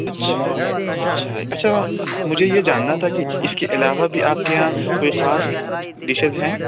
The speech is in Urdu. اچھا اچھا اچھا مجھے یہ جاننا تھا کہ اِس کے علاوہ بھی آپ کے یہاں کوئی خاص ڈیشیز ہیں